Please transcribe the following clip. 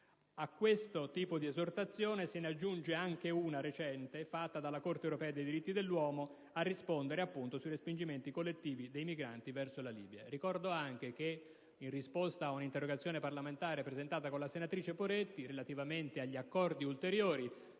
suddetta richiesta se ne aggiunge anche un'altra, recente, da parte della Corte europea dei diritti dell'uomo, affinché si risponda sui respingimenti collettivi dei migranti verso la Libia. Ricordo altresì che, in risposta a un'interrogazione parlamentare presentata insieme alla senatrice Poretti relativamente agli accordi ulteriori